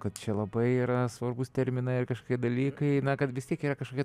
kad čia labai yra svarbūs terminai ar kažkokie dalykai na kad vis tiek yra kažkokia